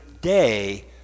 day